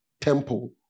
temple